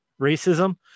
racism